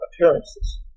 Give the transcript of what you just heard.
appearances